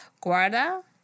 Guarda